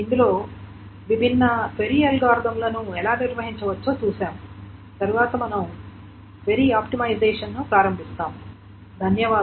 ఇందులో విభిన్న క్వరీ అల్గోరిథంలను ఎలా నిర్వహించవచ్చో చూశాము తరువాత మనము క్వరీ ఆప్టిమైజషన్ ప్రారంభిస్తాము